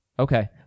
Okay